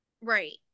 Right